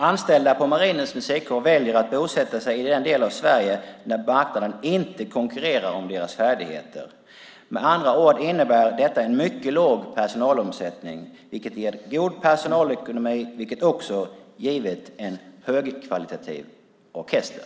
Anställda på Marinens musikkår väljer att bosätta sig i en del av Sverige där marknaden inte konkurrerar om deras färdigheter. Det innebär en mycket låg personalomsättning, vilket ger god personalekonomi som har givit en högkvalitativ orkester.